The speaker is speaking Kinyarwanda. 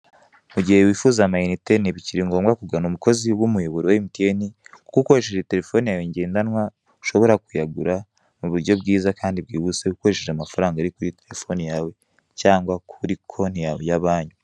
Mugihe wifuza amayinite ntibikiri ngombwa kugana umukozi w'umuyoboro wa emutiyeni kuko ukoresheje telefone yawe ngendanwa ushobora kuyagura muburyo bwiza kandi bwihuse ukoresheje amfaranga ari kuri fone yawe cyangwa kuri konti yawe ya banki.